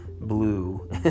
blue